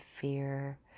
fear